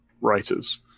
writers